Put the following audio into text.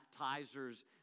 baptizer's